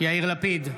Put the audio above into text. יאיר לפיד,